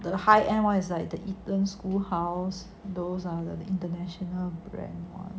the high and one is like the eton school house those are the international brand